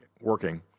working